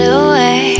away